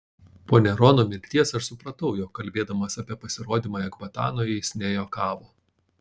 po nerono mirties aš supratau jog kalbėdamas apie pasirodymą ekbatanoje jis nejuokavo